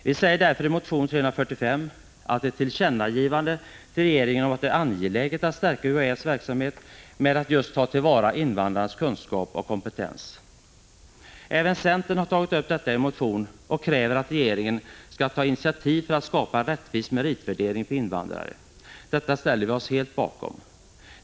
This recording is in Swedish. Vi begär därför i motion 345 ett tillkännagivande till regeringen om att det är angeläget att stärka UHÄ:s verksamhet med att just ta till vara invandrarnas kunskap och kompetens. Även centern har tagit upp detta i en motion och kräver att regeringen skall ta initiativ för att skapa en rättvis meritvärdering för invandrare. Detta ställer vi oss helt bakom.